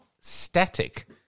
static